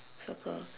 circle